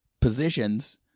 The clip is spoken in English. positions